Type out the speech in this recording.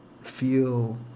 feel